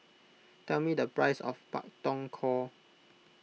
tell me the price of Pak Thong Ko